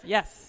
Yes